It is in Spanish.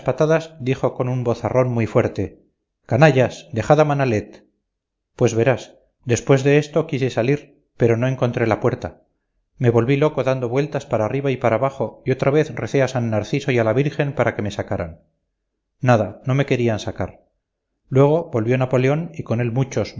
dijo con un vozarrón muy fuerte canallas dejad a manalet pues verás después de esto quise salir pero no encontré la puerta me volví loco dando vueltas para arriba y para abajo y otra vez recé a san narciso y a la virgen para que me sacaran nada no me querían sacar luego volvió napoleón y con él muchos